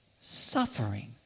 suffering